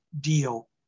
deal